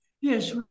yes